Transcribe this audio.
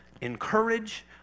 encourage